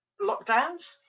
lockdowns